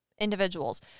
individuals